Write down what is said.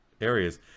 areas